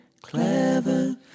clever